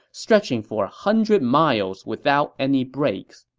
stretching for a hundred miles without any breaks